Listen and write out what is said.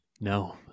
No